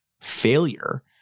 failure